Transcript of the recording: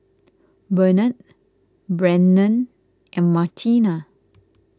Benard Brennan and Martina